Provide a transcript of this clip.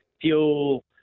fuel